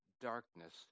darkness